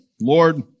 Lord